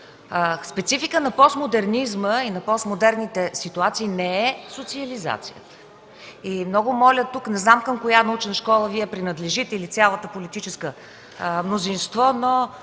специфика на постмодернизма и на постмодерните ситуации не е социализацията. Много моля тук, не знам към коя научна школа Вие принадлежите или цялото политическо мнозинство, но